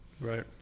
right